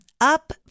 up